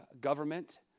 government